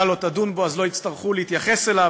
לא תדון בו אז לא יצטרכו להתייחס אליו.